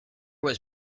was